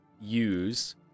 use